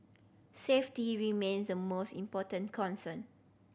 safety remains the most important concern